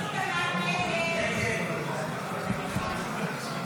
25 לחלופין יג לא נתקבלה.